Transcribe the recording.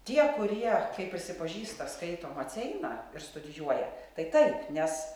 tie kurie kaip prisipažįsta skaito maceiną ir studijuoja tai taip nes